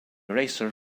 racer